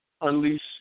unleash